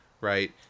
right